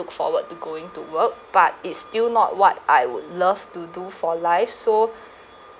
look forward to going to work but it's still not what I would love to do for life so